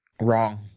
wrong